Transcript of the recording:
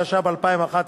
התשע"ב-2011,